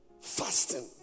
Fasting